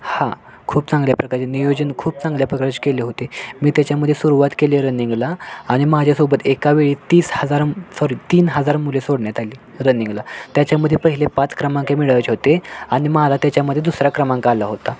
हा खूप चांगल्या प्रकारचे नियोजन खूप चांगल्या प्रकारचे केले होते मी त्याच्यामध्ये सुरवात केले रनिंगला आणि माझ्यासोबत एकावेळी तीस हजार सॉरी तीन हजार मुले सोडण्यात आली रनिंगला त्याच्यामध्ये पहिले पाच क्रमांक मिळवायचे होते आणि मला त्याच्यामध्ये दुसरा क्रमांक आला होता